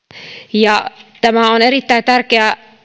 osakkeina valtiolta tämä on erittäin tärkeä